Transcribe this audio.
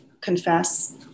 confess